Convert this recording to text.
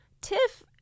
Tiff